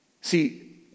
See